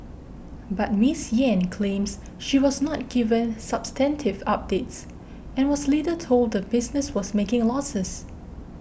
but Miss Yen claims she was not given substantive updates and was later told the business was making a losses